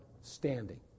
standing